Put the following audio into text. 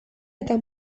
eta